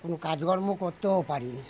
কোন কাজকর্ম করতেও পারি না